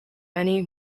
many